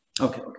Okay